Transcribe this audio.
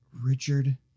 Richard